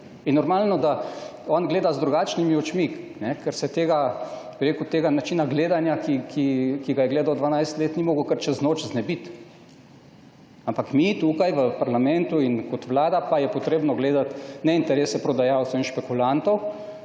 In normalno, da on gleda z drugačnimi očmi, ker se tega načina gledanja, ki ga je gledal dvanajst let, ni mogel kar čez noč znebiti. Ampak mi tu v parlamentu in kot vlada pa moramo gledati ne interese prodajalcev in špekulantov,